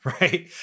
Right